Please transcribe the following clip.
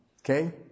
Okay